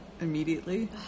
immediately